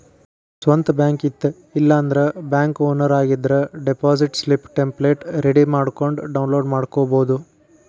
ಸ್ವಂತ್ ಬ್ಯಾಂಕ್ ಇತ್ತ ಇಲ್ಲಾಂದ್ರ ಬ್ಯಾಂಕ್ ಓನರ್ ಆಗಿದ್ರ ಡೆಪಾಸಿಟ್ ಸ್ಲಿಪ್ ಟೆಂಪ್ಲೆಟ್ ರೆಡಿ ಮಾಡ್ಕೊಂಡ್ ಡೌನ್ಲೋಡ್ ಮಾಡ್ಕೊಬೋದು